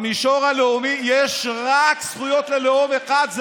אבל במישור הלאומי יש זכויות רק ללאום אחד,